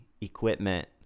equipment